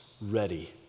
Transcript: ready